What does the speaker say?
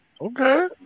okay